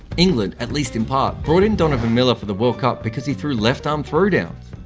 england, at least in part, brought in donovan miller for the world cup because he threw left arm throwdowns,